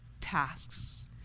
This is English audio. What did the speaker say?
tasks